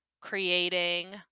creating